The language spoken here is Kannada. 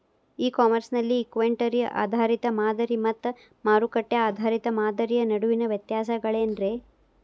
ಇ ಕಾಮರ್ಸ್ ನಲ್ಲಿ ಇನ್ವೆಂಟರಿ ಆಧಾರಿತ ಮಾದರಿ ಮತ್ತ ಮಾರುಕಟ್ಟೆ ಆಧಾರಿತ ಮಾದರಿಯ ನಡುವಿನ ವ್ಯತ್ಯಾಸಗಳೇನ ರೇ?